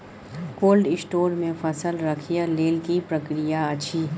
Cold store मे फसल रखय लेल की प्रक्रिया अछि?